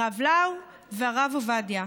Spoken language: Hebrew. הרב לאו והרב עובדיה,